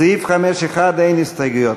סעיף 5(1) אין הסתייגויות.